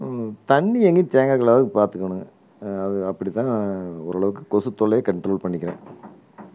தண்ணீர் எங்கையும் தேங்கக்குள்ளாத பார்த்துக்கணுங்க அது அப்படி தான் நான் ஓரளவுக்கு கொசு தொல்லையை கண்ட்ரோல் பண்ணிக்கிறேன்